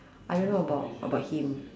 I don't know about about him